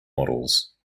models